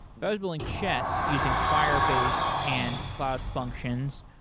if i was building chess using firebase and cloud functions,